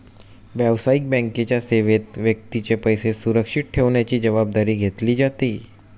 व्यावसायिक बँकेच्या सेवेत व्यक्तीचे पैसे सुरक्षित ठेवण्याची जबाबदारी घेतली जाते